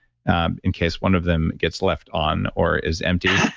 um in case one of them gets left on or is empty, yeah